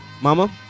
Mama